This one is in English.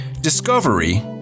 discovery